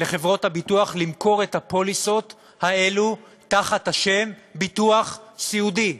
לחברות הביטוח למכור את הפוליסות האלה תחת השם ביטוח סיעודי,